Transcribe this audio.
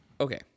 Okay